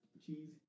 cheese